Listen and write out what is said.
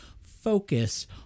focus